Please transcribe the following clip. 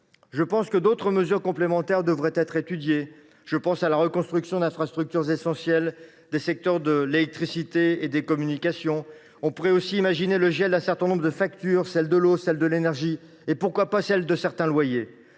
Je pense que d’autres mesures complémentaires devraient être étudiées : je pense à la reconstruction d’infrastructures essentielles dans les secteurs de l’électricité et des communications ; on pourrait aussi imaginer le gel d’un certain nombre de factures – l’eau, l’énergie et, dans certains cas, les loyers